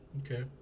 okay